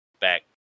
back